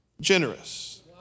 generous